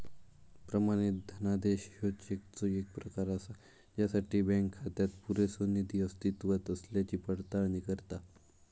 प्रमाणित धनादेश ह्यो चेकचो येक प्रकार असा ज्यासाठी बँक खात्यात पुरेसो निधी अस्तित्वात असल्याची पडताळणी करता